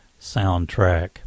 soundtrack